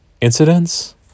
incidents